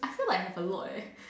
I feel like have a lot eh